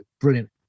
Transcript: brilliant